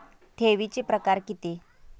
ठेवीचे प्रकार किती?